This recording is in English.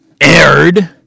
aired